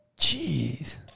Jeez